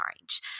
Orange